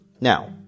Now